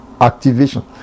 activation